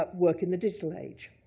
um work in the digital age.